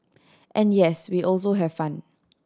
and yes we also have fun